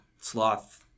Sloth